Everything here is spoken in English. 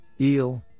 EEL